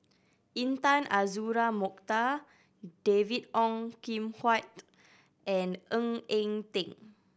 Intan Azura Mokhtar David Ong Kim Huat and Ng Eng Teng